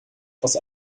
aus